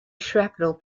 shrapnel